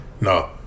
No